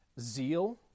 zeal